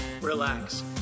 relax